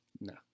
No